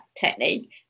technique